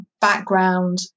background